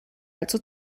allzu